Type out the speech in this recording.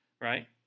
right